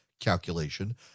calculation